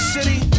City